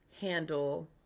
handle